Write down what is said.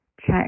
check